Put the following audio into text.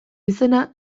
izena